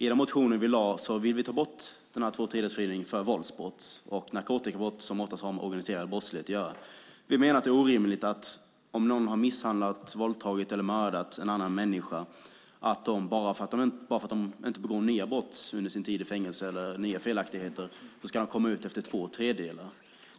I den motion vi har väckt vill vi ta bort möjligheten till tvåtredjedelsfrigivning för våldsbrott och narkotikabrott, som ofta har med organiserad brottslighet att göra. Vi menar att det är orimligt att bara för att någon som har misshandlat, våldtagit eller mördat en annan människa inte har begått nya brott eller nya felaktigheter under sin tid i fängelse ska denne få komma ut efter två tredjedelar av